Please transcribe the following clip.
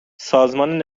سازمان